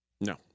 No